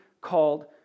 called